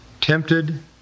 tempted